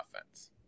offense